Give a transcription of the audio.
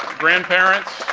grandparents.